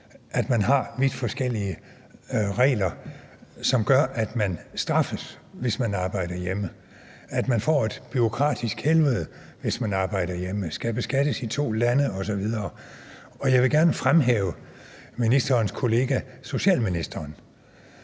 at man har vidt forskellige regler, som gør, at man straffes, hvis man arbejder hjemme, at man får et bureaukratisk helvede, hvis man arbejder hjemme, at man skal beskattes i to lande osv., og jeg vil gerne fremhæve ministerens kollega, socialministeren.